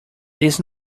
this